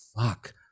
fuck